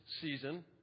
season